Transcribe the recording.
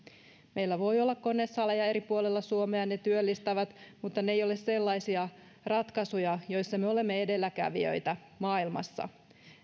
meillä voi olla konesaleja eri puolilla suomea ne työllistävät mutta ne eivät ole sellaisia ratkaisuja joissa me olemme edelläkävijöitä maailmassa